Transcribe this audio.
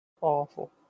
Awful